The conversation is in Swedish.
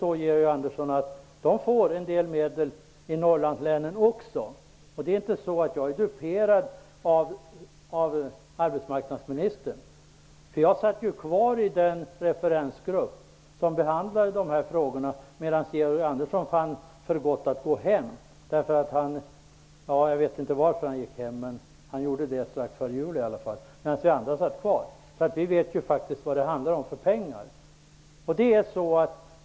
Norrlandslänen får en del medel också. Jag är inte duperad av arbetsmarknadsministern. Jag satt kvar i den referensgrupp som behandlade de här frågorna, medan Georg Andersson fann för gott att gå hem. Jag vet inte varför han gick hem, men vi andra satt kvar, så vi vet vad det handlar om.